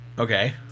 Okay